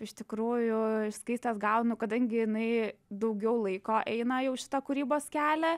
iš tikrųjų iš skaistės gaunu kadangi jinai daugiau laiko eina jau šitą kūrybos kelią